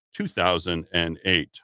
2008